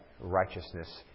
righteousness